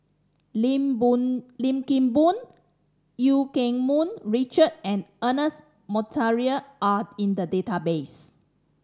Lim Boon Lim Kim Boon Eu Keng Mun Richard and Ernest Monteiro are in the database